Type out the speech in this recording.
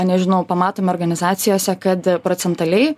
nežinau pamatome organizacijose kad procentaliai